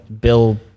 Bill